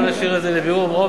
נשאיר את זה לבירור,